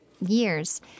years